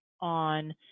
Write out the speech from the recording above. on